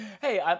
Hey